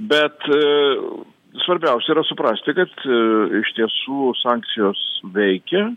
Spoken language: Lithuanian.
bet svarbiausia yra suprasti kad iš tiesų sankcijos veikia